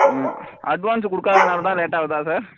ம் அட்வான்ஸு கொடுக்காதனால தான் லேட் ஆகுதா சார்